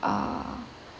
err